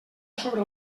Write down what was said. sobre